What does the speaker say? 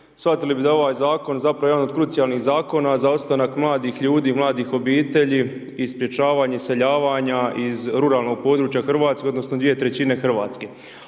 shvatili bi da je ovaj zakon zapravo jedan od krucijalnih zakona za ostanak mladih ljudi, mladih obitelji i sprječavanju iseljavanja iz ruralnog područja Hrvatske odnosno 2/3 Hrvatske.